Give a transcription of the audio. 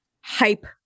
hype